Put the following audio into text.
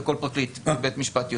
זה כל פרקליט בבית משפט יודע.